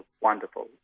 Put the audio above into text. wonderful